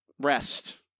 rest